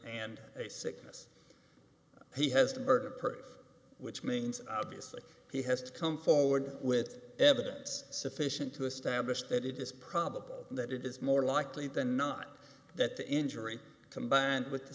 a sickness he has the burden of perth which means obviously he has to come forward with evidence sufficient to establish that it is probable that it is more likely than not that the injury combined with the